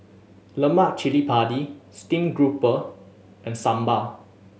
lemak cili padi stream grouper and sambal